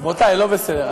רבותי, לא בסדר.